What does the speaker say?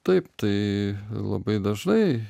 taip tai labai dažnai